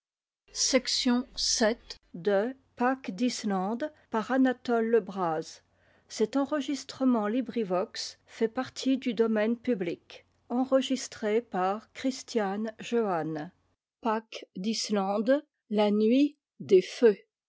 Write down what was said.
noir de la nuit